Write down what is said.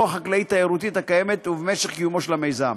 החקלאית-תיירותית הקיימת ובמשך קיומו של המיזם.